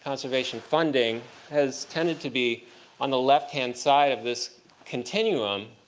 conservation funding has tended to be on the left-hand side of this continuum,